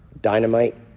dynamite